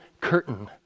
curtain